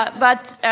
but but